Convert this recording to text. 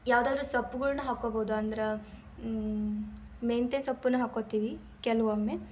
ಯಾವುದಾದ್ರೂ ಸೊಪ್ಗುಳ್ನ ಹಾಕ್ಕೊಬೋದು ಅಂದ್ರೆ ಮೆಂತ್ಯೆ ಸೊಪ್ಪನ ಹಾಕೊತೀವಿ ಕೆಲವೊಮ್ಮೆ